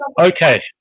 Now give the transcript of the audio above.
Okay